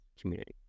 community